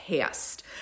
past